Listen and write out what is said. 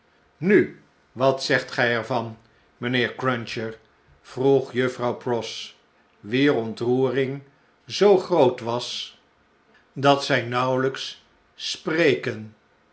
nu wat zegt gjj er van mptieer cruncher vroeg juffrouw pross wier ontloerirfg zoo groot was dat zij nauwelqks sprekenfmaan